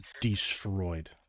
destroyed